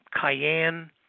cayenne